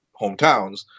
hometowns